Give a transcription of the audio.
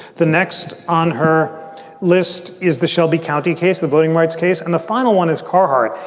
the next on her list is the shelby county case, the voting rights case, and the final one is carhart.